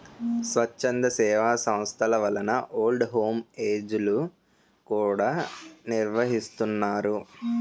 స్వచ్ఛంద సేవా సంస్థల వలన ఓల్డ్ హోమ్ ఏజ్ లు కూడా నిర్వహిస్తున్నారు